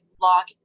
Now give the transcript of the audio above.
lock